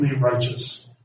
righteous